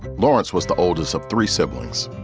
lawrence was the oldest of three siblings.